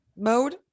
mode